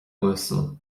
uasail